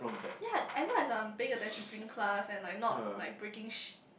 ya as long as I'm paying attention during class and like not like breaking sh~